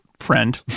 friend